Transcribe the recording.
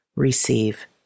Receive